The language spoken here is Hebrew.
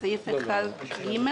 סעיף שקובע שעובדים